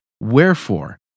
Wherefore